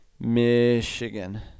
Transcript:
Michigan